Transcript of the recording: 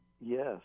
Yes